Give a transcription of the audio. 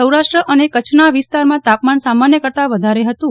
સૌરાષ્ટ્ર અને કચ્છના વિસ્તારમાં તાપમાન સામાન્ય કરતાં વધારે હતું